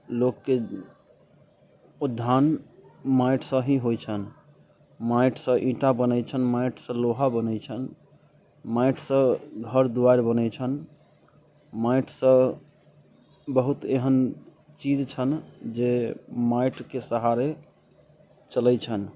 लोकके उद्धार माटिसँ ही होइत छनि माटिसँ ईंटा बनै छनि माटिसँ लोहा बनै छनि माटिसँ घर दुआरि बनै छनि माटिसँ बहुत एहन चीज छनि जे माटिके सहारे चलै छनि